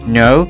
no